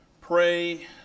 pray